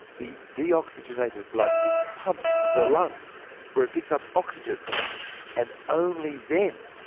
the deoxygenated blood is pumped to the lungs where it picks up oxygen and only then,